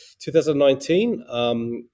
2019